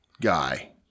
guy